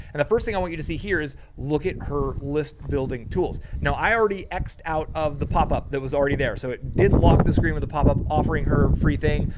and the first thing i want you to see here is. look at her list, building tools. now i already exed out of the popup that was already there. so it did lock the screen with the popup offering her free thing.